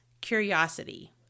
curiosity